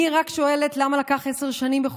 אני רק שואלת למה לקח עשר שנים.